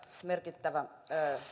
merkittävä